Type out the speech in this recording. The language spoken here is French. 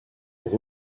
pour